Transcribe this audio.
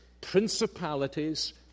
principalities